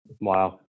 Wow